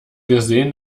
gesehen